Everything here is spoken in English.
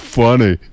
funny